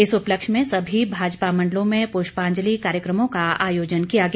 इस उपलक्ष्य में सभी भाजपा मण्डलों में पुष्पांजलि कार्यक्रमों का आयोजन किया गया